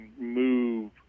move